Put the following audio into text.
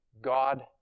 God